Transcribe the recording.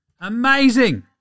Amazing